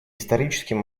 историческим